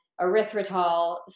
erythritol